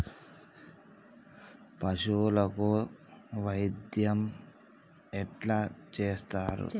పశువులకు వైద్యం ఎట్లా చేత్తరు?